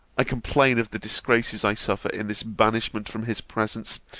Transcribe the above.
i complain of the disgraces i suffer in this banishment from his presence,